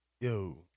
yo